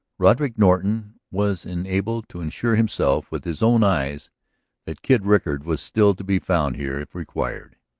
roderick norton was enabled to assure himself with his own eyes that kid rickard was still to be found here if required,